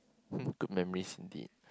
hm good memories indeed